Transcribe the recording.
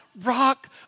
rock